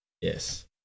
Yes